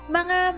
mga